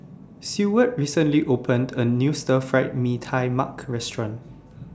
Seward recently opened A New Stir Fried Mee Tai Mak Restaurant